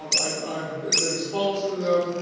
um i've i've been exposed to them.